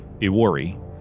Iwari